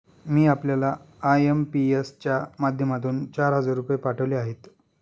मी आपल्याला आय.एम.पी.एस च्या माध्यमातून चार हजार रुपये पाठवले आहेत